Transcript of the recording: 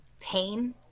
pain